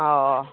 ꯑꯣ